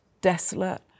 desolate